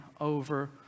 over